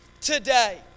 today